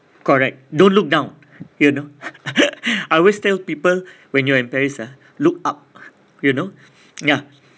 correct don't look down you know I always tell people when you're in paris ah look up you know ya